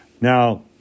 Now